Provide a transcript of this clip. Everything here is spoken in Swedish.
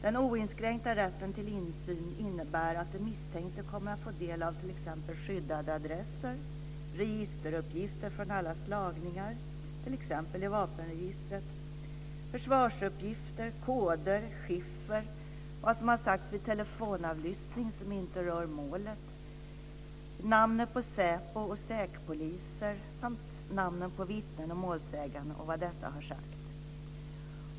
Den oinskränkta rätten till insyn innebär att den misstänkte kommer att få del av t.ex. skyddade adresser, registeruppgifter från alla slagningar t.ex. i vapenregistret, försvarsuppgifter, koder, chiffer och allt som har sagts vid telefonavlyssning som inte rör målet, namnet på säkerhetspoliser samt namnen på vittnen och målsäganden och vad dessa har sagt.